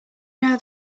know